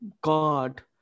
god